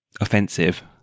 offensive